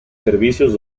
servicios